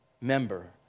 member